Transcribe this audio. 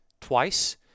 twice